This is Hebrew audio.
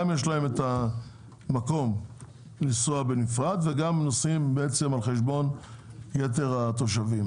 גם יש להם את המקום לנסוע בנפרד וגם נוסעים בעצם על חשבון יתר התושבים.